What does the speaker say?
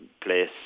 place